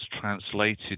translated